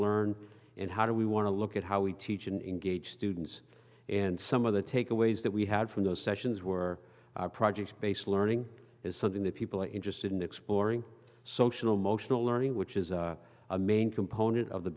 learn and how do we want to look at how we teach and engage students and some of the takeaways that we had from those sessions were projects based learning is something that people are interested in exploring social emotional learning which is a main component of the